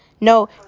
No